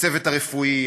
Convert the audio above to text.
הצוות הרפואי,